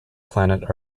planet